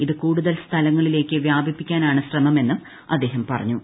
ഇത് കൂടുതൽ സ്ഥലങ്ങളിലേക്ക് വ്യാപിപ്പിക്കാനാണ് ശ്രമ മെന്നും അദ്ദേഹം പറഞ്ഞു